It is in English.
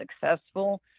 successful